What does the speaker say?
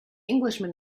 englishman